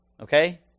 Okay